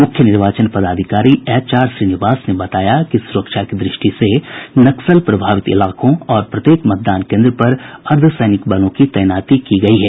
मुख्य निर्वाचन पदाधिकारी एच आर श्रीनिवास ने बताया कि सुरक्षा की दृष्टि से नक्सल प्रभावित इलाकों और प्रत्येक मतदान कोन्द्र पर अर्द्वसैनिक बलों की तैनाती की गयी है